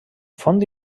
font